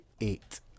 eight